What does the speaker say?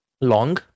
long